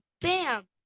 bam